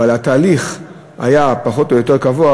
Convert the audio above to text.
אבל התהליך היה פחות או יותר קבוע.